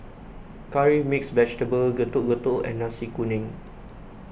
Curry Mixed Vegetable Getuk Getuk and Nasi Kuning